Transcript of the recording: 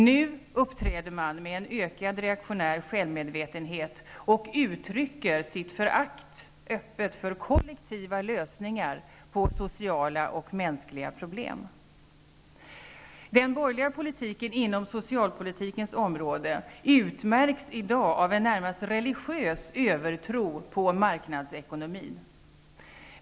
Nu uppträder man med en ökad reaktionär självmedvetenhet och uttrycker öppet sitt förakt för kollektiva lösningar på sociala och mänskliga problem. Den borgerliga socialpolitiken utmärks i dag av en närmast religiös övertro på marknadsekonomin.